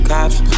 Cops